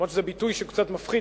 אף-על-פי שזה ביטוי שהוא קצת מפחיד,